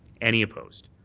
any opposed.